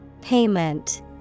Payment